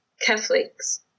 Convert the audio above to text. Catholics